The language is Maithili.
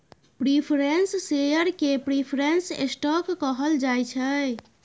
प्रिफरेंस शेयर केँ प्रिफरेंस स्टॉक कहल जाइ छै